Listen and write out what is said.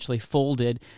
folded